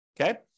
Okay